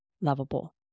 lovable